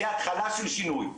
זה התחלה של שינוי.